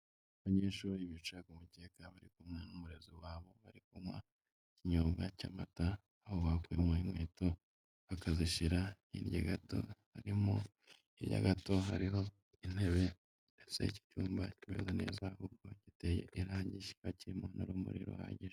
Abanyeshuri bicaye ku mukeka, bari kumwe n'umurezi wabo, bari kunywa ikinyobwa cy'amata, aho bakuyemo inkweto bakazishyira hirya gato, hirya gato harimo intebe ziteye mu cyumba gisa neza, ubona ko giteye irangi, kikaba kirimo n'urumuri ruhagije.